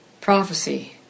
prophecy